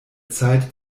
zeit